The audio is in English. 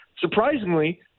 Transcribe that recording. surprisingly